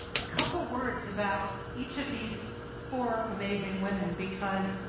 a couple of words about each of these four amazing women because